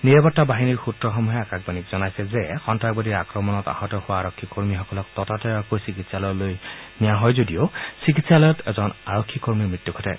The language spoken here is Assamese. নিৰাপত্তা বাহিনীৰ সূত্ৰসমূহে আকাশবাণীক জনাইছে যে সন্নাসবাদী আক্ৰমণত আহত হোৱা আৰক্ষী কৰ্মীসকলক ততাতৈয়াকৈ চিকিৎসালয়লৈ নিয়া হয় যদিও চিকিৎসালয়ত এজন আৰক্ষী কৰ্মীৰ মৃত্যু ঘটে